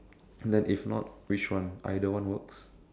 then if not which one either one works